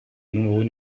nombreux